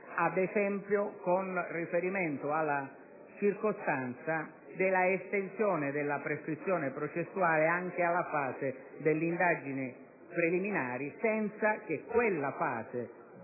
ad esempio, alla circostanza della estensione della prescrizione processuale anche alla fase delle indagini preliminari senza che quella fase